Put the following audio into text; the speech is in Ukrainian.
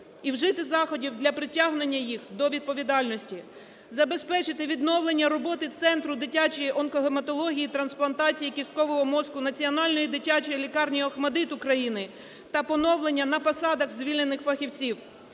і вжити заходів для притягнення їх до відповідальності, забезпечити відновлення роботи центру дитячої онкогематології, трансплантації кісткового мозку Національної дитячої лікарні ОХМАТДИТ України та поновлення на посадах звільнених фахівців.